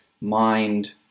mind